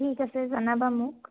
ঠিক আছে জনাবা মোক